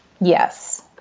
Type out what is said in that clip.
Yes